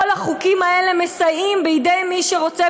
כל החוקים האלה מסייעים בידי מי שרוצה